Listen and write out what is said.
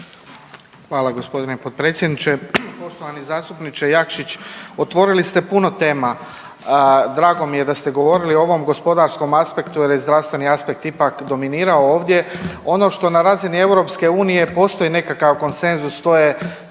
Hvala g. potpredsjedniče, poštovani zastupniče Jakšić, otvorili ste puno tema. Drago mi je da ste govorili o ovom gospodarskom aspektu jer je zdravstveni aspekt ipak dominirao ovdje. Ono što na razini EU postoji nekakav konsenzus, to je